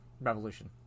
Revolution